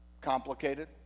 complicated